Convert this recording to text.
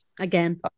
Again